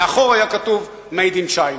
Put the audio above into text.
מאחור היה כתוב Made in China.